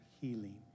healing